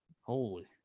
Holy